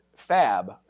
FAB